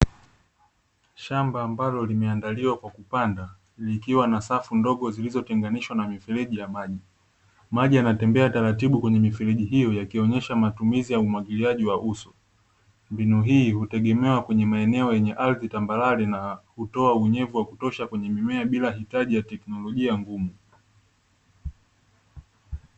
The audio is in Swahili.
Shamba ambalo limeandaliwa kwa kupanda likiwa na safu ndogo zilizo tenganishwa na mifereji ya maji, maji yanatembea taratibu kwenye mifereji hiyo yakionesha matumizi ya umwagiliaji wa uso, mbinu hii hutegemewa kwenye maeneo yenye ardhi tambarare na kutoa unyevu wa kutosha kwenye mimea bila ya hitaji ya teknolojia ngumu.